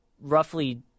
roughly